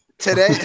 today